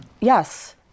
yes